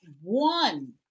one